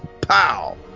Pow